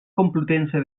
complutense